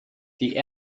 die